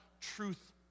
truth